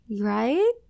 Right